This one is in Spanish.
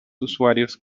usuarios